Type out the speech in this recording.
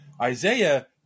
Isaiah